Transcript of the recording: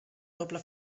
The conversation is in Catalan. doble